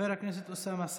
חבר הכנסת אוסאמה סעדי,